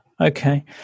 Okay